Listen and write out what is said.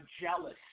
jealous